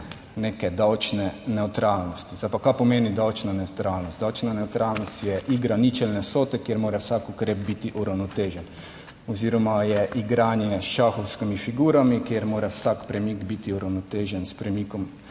neke davčne nevtralnosti. Zdaj pa, kaj pomeni davčna nevtralnost? Davčna nevtralnost je igra ničelne vsote, kjer mora vsak ukrep biti uravnotežen oziroma je igranje s šahovskimi figurami, kjer mora vsak premik biti uravnotežen s premikom